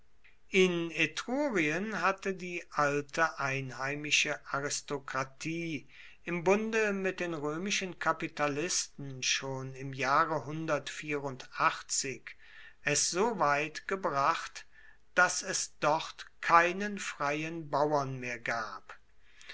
in etrurien hatte die alte einheimische aristokratie im bunde mit den römischen kapitalisten schon im jahre es so weit gebracht daß es dort keinen freien bauern mehr gab